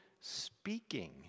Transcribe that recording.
speaking